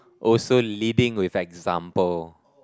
also leading with example